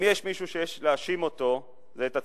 אם יש מישהו שיש להאשים אותו זה את עצמנו.